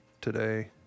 today